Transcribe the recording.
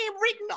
written